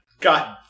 God